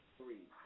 three